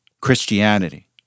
Christianity